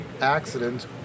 accident